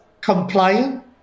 compliant